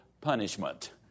punishment